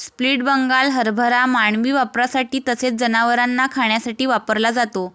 split Bengal हरभरा मानवी वापरासाठी तसेच जनावरांना खाण्यासाठी वापरला जातो